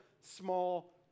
small